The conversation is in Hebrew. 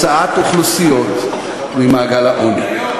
לסייע למי שחלש ולנקוט פעולות ממשיות להוצאת אוכלוסיות ממעגל העוני.